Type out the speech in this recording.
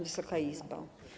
Wysoka Izbo!